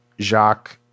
Jacques